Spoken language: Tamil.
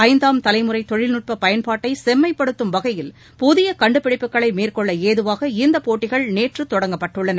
ஐந்தாம் தலைமுறை தொழில்நுட்ப பயன்பாட்டை செம்மைப்படுத்தும் வகையில் புதிய கண்டுபிடிப்புகளை மேற்கொள்ள ஏதுவாக இந்தப் போட்டிகள் நேற்று தொடங்கப்பட்டுள்ளன